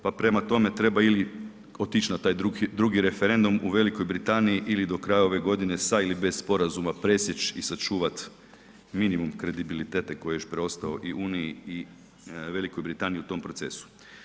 Pa prema tome treba ili otići na taj drugi referendum u Velikoj Britaniji ili do kraja ove godine sa ili bez sporazuma presjeći i sačuvati minimum kredibiliteta koji je još preostao i uniji i Velikoj Britaniji u tom procesu.